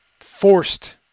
forced